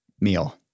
meal